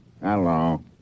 Hello